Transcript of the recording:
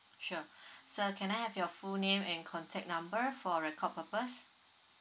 sure sir can I have your full name and contact number for record purpose